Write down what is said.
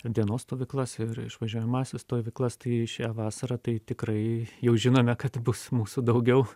dienos stovyklas ir išvažiuojamąsias stovyklas tai šią vasarą tai tikrai jau žinome kad bus mūsų daugiau